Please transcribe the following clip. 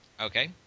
okay